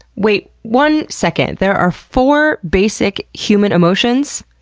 wait, one second, there are four basic human emotions?